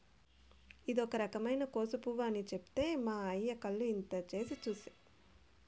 ఇదో రకమైన కోసు పువ్వు అని చెప్తే మా అయ్య కళ్ళు ఇంత చేసి చూసే